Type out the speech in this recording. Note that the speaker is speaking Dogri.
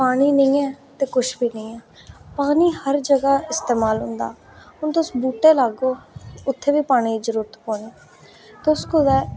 पानी निं ऐ ते किश बी निं ऐ पानी हर जगह् इस्तेमाल होंदा हून तुस बूह्टे लाह्गेओ उत्थै बी पानी दी जरूरत पौनी तुस कुतै